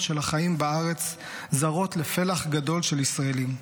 של החיים בארץ זרות לפלח גדול של ישראלים.